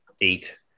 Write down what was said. eight